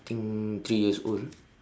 think three years old